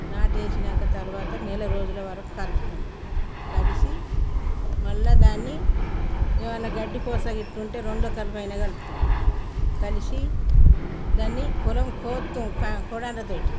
నాటు వేసినాక తర్వాత నెల రోజులు వరకు కలుపుతాం కలిసి మళ్ళ దాన్ని ఏమన్నా గడ్డి పూస ఇట్టుంటే రెండో కలుపు అయినా కలుపుతాం కలిసి దాన్ని పొలం కోత్తం క కొరండ తోటి